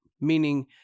meaning